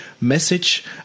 message